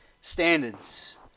standards